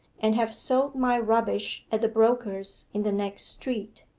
and have sold my rubbish at the broker's in the next street.